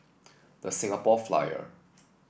The Singapore Flyer